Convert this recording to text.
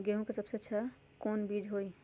गेंहू के सबसे अच्छा कौन बीज होई?